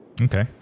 Okay